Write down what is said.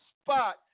spot